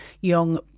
young